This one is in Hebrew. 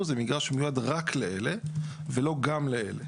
זה מגרש שמיועד רק לאלה ולא גם לאלה.